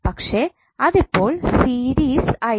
പക്ഷേ അതിപ്പോൾ സീരീസ് ആയിരിക്കും